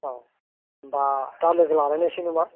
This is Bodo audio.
औ होम्बा दा लोगो लालायनायसै नामा